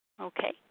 Okay